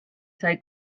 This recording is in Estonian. sai